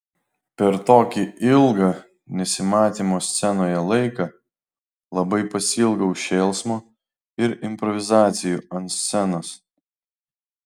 per tokį ilgą nesimatymo scenoje laiką labai pasiilgau šėlsmo ir improvizacijų ant scenos